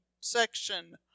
section